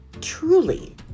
truly